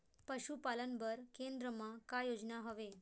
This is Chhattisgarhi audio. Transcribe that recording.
पशुपालन बर केन्द्र म का योजना हवे?